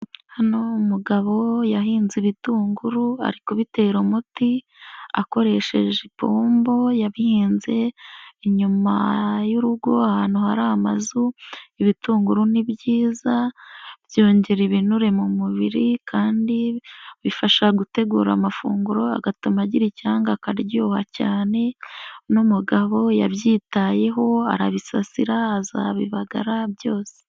Aano umugabo yahinze ibitunguru ari kubitera umuti akoresheje ipombo, yabhinze inyuma y'urugo ahantu hari amazu, ibitunguru ni byiza byongera ibinure mu mubiri kandi bifasha gutegura amafunguro agatuma agira icyanga akaryoha cyane, uno mugabo yabyitayeho arabisasira, azabibagara byose.